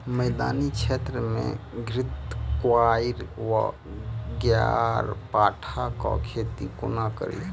मैदानी क्षेत्र मे घृतक्वाइर वा ग्यारपाठा केँ खेती कोना कड़ी?